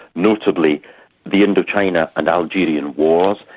notably the indo china and algerian wars,